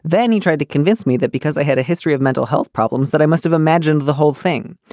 then he tried to convince me that because i had a history of mental health problems that i must have imagined the whole thing.